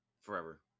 Forever